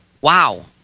wow